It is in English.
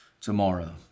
tomorrow